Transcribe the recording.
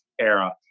era